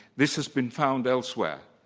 this has been found elsewhere.